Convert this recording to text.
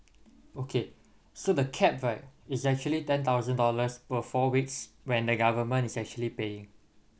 okay so the cap right is actually ten thousand dollars per four weeks when the government is actually paying